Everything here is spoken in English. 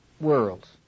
worlds